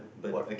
what